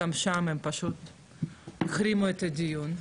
גם שם הם פשוט החרימו את הדיון.